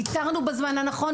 איתרנו בזמן הנכון,